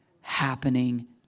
happening